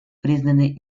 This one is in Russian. признаны